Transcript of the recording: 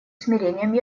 смирением